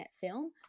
film